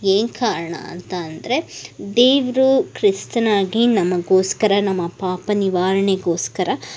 ಏನು ಕಾರಣ ಅಂತಂದರೆ ದೇವರು ಕ್ರಿಸ್ತನಾಗಿ ನಮಗೋಸ್ಕರ ನಮ್ಮ ಪಾಪ ನಿವಾರಣೆಗೋಸ್ಕರ